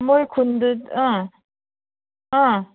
ꯃꯣꯏ ꯈꯨꯟꯗ ꯑꯥ ꯑꯥ